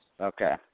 Okay